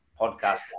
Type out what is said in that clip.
podcast